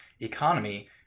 economy